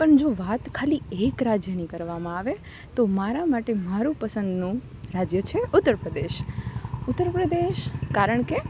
પણ જો વાત ખાલી એક રાજ્યની કરવામાં આવે તો મારા માટે મારું પસંદનું રાજ્ય છે ઉત્તર પ્રદેશ ઉત્તર પ્રદેશ કારણ કે